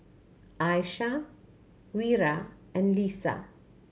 Aishah Wira and Lisa